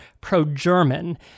pro-German